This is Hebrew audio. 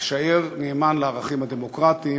אשאר נאמן לערכים הדמוקרטיים.